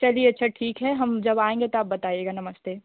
चलिए अच्छा ठीक है हम जब आएँगे तो बताएगा नमस्ते